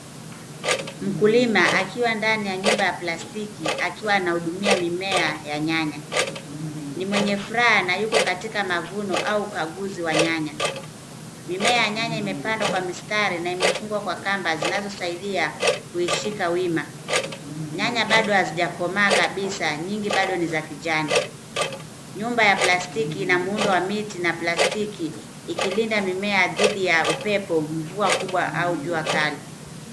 Mkulima akiwa ndani ya nyumba ya plastiki akiwa anahudumia mimea ya nyanya, ni mwenye furaha na yuko katika mavuno au ukaguzi wa nyanya mimea nyanya imepandwa kwa mistari na imefungwa kwa kamba zinazosaidia kuishika wima ,nyanya bado hazijakomaa kabisa nyingi bado ni za kijani, nyumba ya plastiki ina muundo wa miti na plastiki ikilinda mimea dhidi ya upepo mvua kubwa au jua kali.